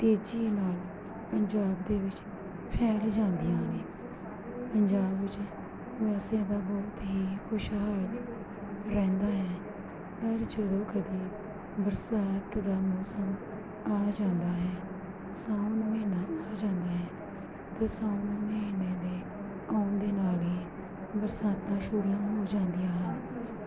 ਤੇਜ਼ੀ ਨਾਲ ਪੰਜਾਬ ਦੇ ਵਿੱਚ ਫੈਲ ਜਾਂਦੀਆਂ ਨੇ ਪੰਜਾਬ ਵਿੱਚ ਵੈਸੇ ਤਾਂ ਬਹੁਤ ਹੀ ਖੁਸ਼ਹਾਲ ਰਹਿੰਦਾ ਹੈ ਪਰ ਜਦੋਂ ਕਦੇ ਬਰਸਾਤ ਦਾ ਮੌਸਮ ਆ ਜਾਂਦਾ ਹੈ ਸਾਵਣ ਮਹੀਨਾ ਆ ਜਾਂਦਾ ਹੈ ਅਤੇ ਸਾਵਣ ਮਹੀਨੇ ਦੇ ਆਉਣ ਦੇ ਨਾਲ ਹੀ ਬਰਸਾਤਾਂ ਸ਼ੁਰੂ ਹੋ ਜਾਂਦੀਆਂ ਹਨ